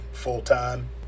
full-time